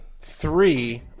three